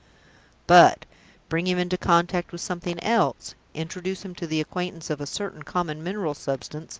but bring him into contact with something else introduce him to the acquaintance of a certain common mineral substance,